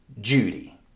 Judy